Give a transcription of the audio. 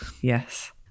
yes